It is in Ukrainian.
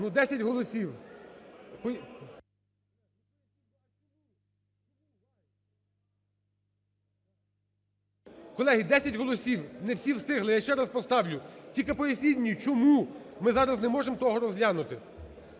Ну, 10 голосів. Колеги, 10 голосів. Не всі встигли. Я ще раз поставлю, тільки поясніть мені, чому ми зараз не можемо того розглянути?